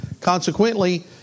consequently